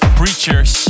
preachers